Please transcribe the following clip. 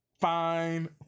Fine